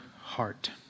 heart